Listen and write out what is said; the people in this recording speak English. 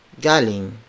galing